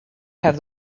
have